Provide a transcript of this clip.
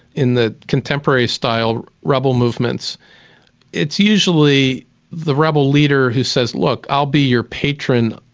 in the contemporary-style rebel movements it's usually the rebel leader who says, look, i'll be your patron.